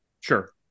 Sure